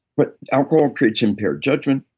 but alcohol creates impaired judgment.